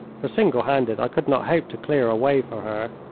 for single-handed i could not hope to clear a way for her.